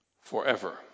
forever